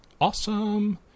awesome